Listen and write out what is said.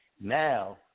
Now